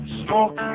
smoke